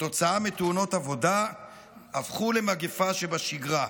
כתוצאה מתאונות עבודה הפכו למגפה שבשגרה.